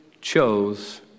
chose